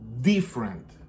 different